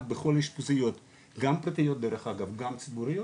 בכל המסגרות גם פרטיות וגם ציבוריות,